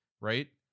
right